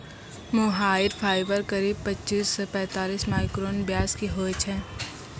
मोहायिर fibre करीब पच्चीस सॅ पैतालिस माइक्रोन व्यास के होय छै